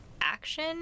action